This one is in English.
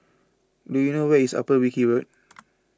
do you know where is Upper Wilkie Road